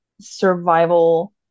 survival